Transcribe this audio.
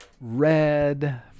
Red